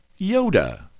Yoda